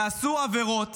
ייעשו עבירות